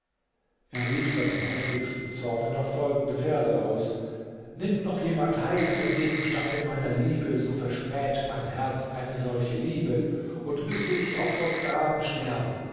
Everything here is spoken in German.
er rief dann im heftigsten zorne noch folgende verse aus nimmt noch jemand teil an dem gegenstande meiner liebe so verschmäht mein herz eine solche liebe und müßte ich auch vor gram sterben